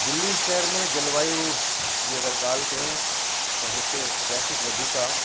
दिल्ली शहर में जलवायू जी अगरि ॻाल्हि कयूं त हिते ट्रैफिक वधीक आहे